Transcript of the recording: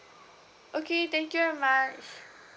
okay thank you very much